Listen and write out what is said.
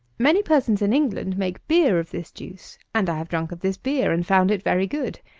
many persons in england make beer of this juice, and i have drunk of this beer, and found it very good.